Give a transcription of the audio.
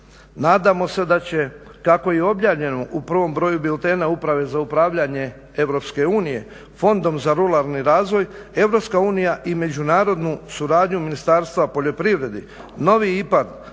Nadamo se da će kako je i objavljeno u prvom broju biltena uprave za upravljanje Europske unije Fondom za ruralni razvoj Europska unija i međunarodnu suradnju Ministarstva poljoprivrede novi IPARD